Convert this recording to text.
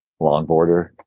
longboarder